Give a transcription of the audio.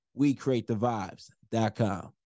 WeCreateTheVibes.com